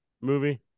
movie